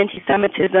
anti-Semitism